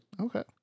Okay